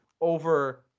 over